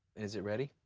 is it ready?